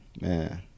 Man